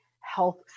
health